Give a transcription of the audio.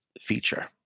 feature